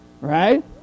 right